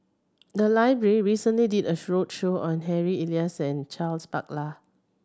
the library recently did a roadshow on Harry Elias and Charles Paglar